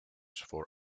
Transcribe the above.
for